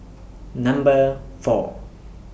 Number four